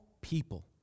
people